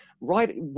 right